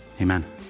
Amen